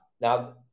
Now